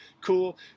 cool